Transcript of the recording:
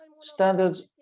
standards